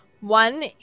One